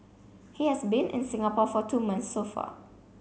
he has been in Singapore for two months so far